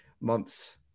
months